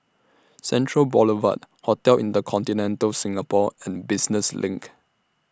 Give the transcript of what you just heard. Central Boulevard Hotel InterContinental Singapore and Business LINK